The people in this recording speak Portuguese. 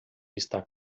está